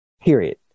period